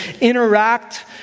interact